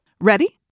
Ready